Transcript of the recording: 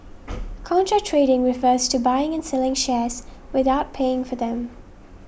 contra trading refers to buying and selling shares without paying for them